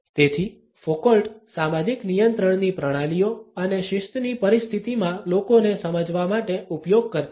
તેથી ફોકોલ્ટ સામાજિક નિયંત્રણની પ્રણાલીઓ અને શિસ્તની પરિસ્થિતિમાં લોકોને સમજવા માટે ઉપયોગ કરતા હતા